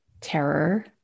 terror